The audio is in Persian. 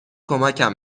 کمکم